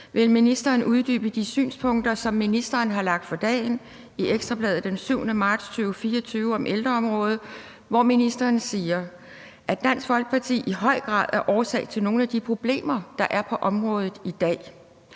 Vil ministeren uddybe de synspunkter, som ministeren har lagt for dagen i Ekstra Bladet den 7. marts 2024 om ældreområdet, hvor ministeren siger, at Dansk Folkeparti i høj grad er årsag til nogle af de problemer, der er på området i dag,